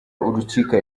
urukiko